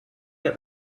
get